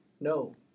No